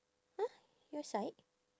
!huh! your side